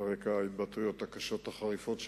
על רקע ההתבטאויות הקשות והחריפות שלו,